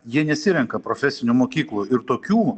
jie nesirenka profesinių mokyklų ir tokių